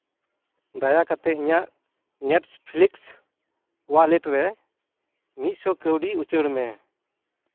ᱫᱟᱭᱟ ᱠᱟᱛᱮᱫ ᱤᱧᱟᱹᱜ ᱱᱮᱴᱯᱷᱤᱞᱤᱠᱥ ᱚᱣᱟᱞᱮᱴ ᱨᱮ ᱢᱤᱫᱥᱚ ᱠᱟᱹᱣᱰᱤ ᱩᱪᱟᱹᱲ ᱢᱮ